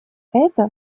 это